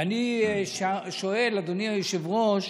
ואני שואל, אדוני היושב-ראש: